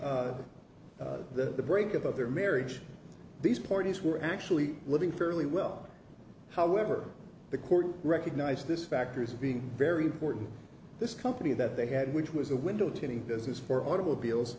the breakup of their marriage these parties were actually living fairly well however the court recognized this factors being very important this company that they had which was a window to getting business for automobiles